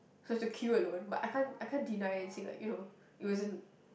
so I have to queue alone but I can't I can't deny and say like you know it wasn't